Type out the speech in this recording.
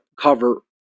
cover